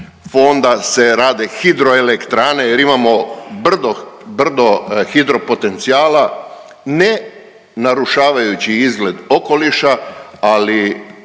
fonda se rade hidro elektrane jer imamo brdo hidro potencijala ne narušavajući izgled okoliša, ali